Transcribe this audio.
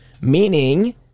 meaning